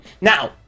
now